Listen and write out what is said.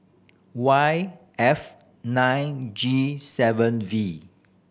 Y F nine G seven V